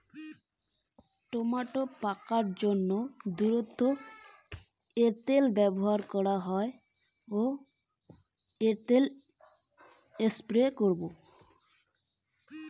Tomato দ্রুত পাকার জন্য কোন ওষুধ স্প্রে করব?